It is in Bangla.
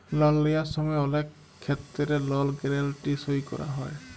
লল লিঁয়ার সময় অলেক খেত্তেরে লল গ্যারেলটি সই ক্যরা হয়